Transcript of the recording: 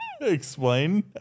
Explain